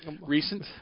recent